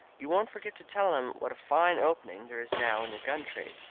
you won't forget to tell him what a fine opening there is now in the gun trade.